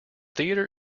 theater